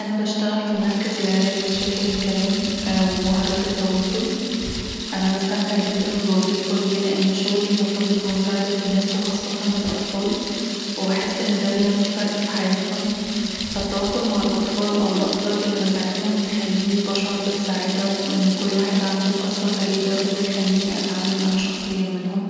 أنا بشتغل في مركز لعلاج مشاكل الكلام ومهارات التواصل، انابستمتع بالوظيفة دي، لأن شغلي مرتبط بمساعدة الناس وخاصة الأطفال وبحس ان ده بيعمل فرق في حياتهم فالتواصل مع الأطفال او الافراد اللي بساعدهم بيخليني بشعر بالسعاده وان كل واحد عنده قصه فريده وده بيخليني بتعلم أنا شخصيا منهم